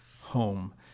home